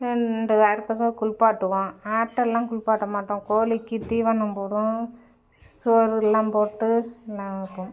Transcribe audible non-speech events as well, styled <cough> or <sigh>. <unintelligible> குளிப்பாட்டுவோம் ஆட்டெல்லாம் குளிப்பாட்ட மாட்டோம் கோழிக்கு தீவனம் போடுவோம் சோறு எல்லாம் போட்டு நாங்கள் வளர்ப்போம்